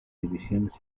divisiones